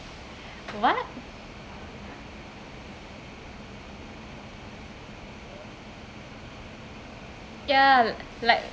what ya like